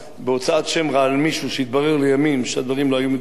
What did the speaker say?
מישהו ולימים התברר שהדברים לא היו מדויקים ולא נכונים,